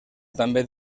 també